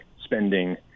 spending